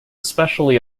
especially